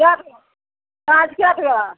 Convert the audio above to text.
कै काज कै टका